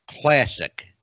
classic